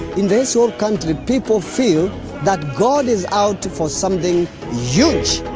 in this whole country, people feel that god is out for something huge.